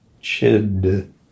chid